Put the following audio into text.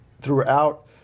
throughout